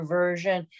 version